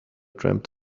dreamed